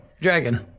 dragon